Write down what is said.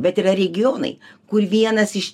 bet yra regionai kur vienas iš